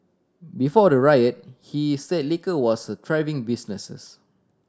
before the riot he said liquor was a thriving businesses